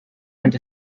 and